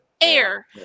Air